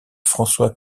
françois